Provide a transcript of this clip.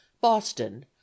boston